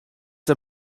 der